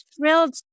thrilled